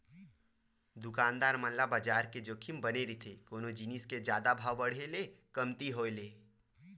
दुकानदार मन ल बजार के जोखिम बने रहिथे कोनो जिनिस के जादा भाव बड़हे ले कमती होय ले